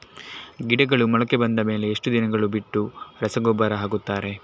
ಗಿಡಗಳು ಮೊಳಕೆ ಬಂದ ಮೇಲೆ ಎಷ್ಟು ದಿನಗಳು ಬಿಟ್ಟು ರಸಗೊಬ್ಬರ ಹಾಕುತ್ತಾರೆ?